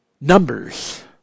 numbers